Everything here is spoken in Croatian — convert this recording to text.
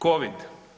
Covid.